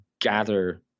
gather